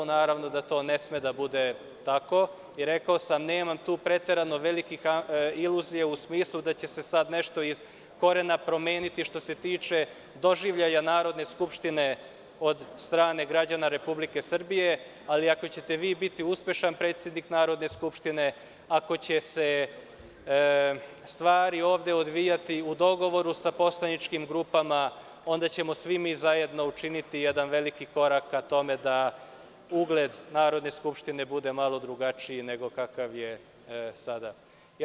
Naravno, to ne sme da bude tako, rekao sam, nemam tu preterano velikih iluzija u smislu da će se sada nešto iz korena promeniti, što se tiče doživljaja Narodne skupštine od strane građana Republike Srbije, ali ako ćete vi biti uspešan predsednik Narodne skupštine, ako će se stvari ovde odvijati u dogovoru sa poslaničkim grupama, onda ćemo svi mi zajedno učiniti jedan veliki korak ka tome da ugled Narodne skupštine bude malo drugačiji nego kakav je sada.